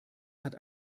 hat